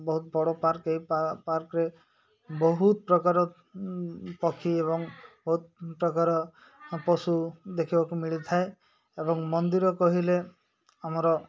ବହୁତ ବଡ଼ ପାର୍କ ଏଇ ପାର୍କରେ ବହୁତ ପ୍ରକାର ପକ୍ଷୀ ଏବଂ ବହୁତ ପ୍ରକାର ପଶୁ ଦେଖିବାକୁ ମିଳିଥାଏ ଏବଂ ମନ୍ଦିର କହିଲେ ଆମର